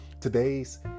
Today's